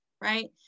right